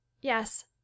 Yes